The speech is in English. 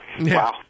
Wow